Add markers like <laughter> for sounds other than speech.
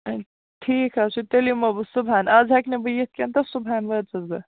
<unintelligible> ٹھیٖک حظ چھُ تیٚلہِ یِمو بہٕ صُبحَن آز ہیٚکہِ نہٕ بہٕ یِتھ کیٚنٛہہ تہٕ صُبحَن وٲژٕس بہٕ